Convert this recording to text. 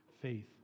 faith